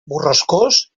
borrascós